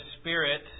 Spirit